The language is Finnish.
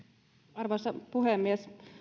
arvoisa puhemies